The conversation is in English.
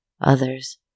others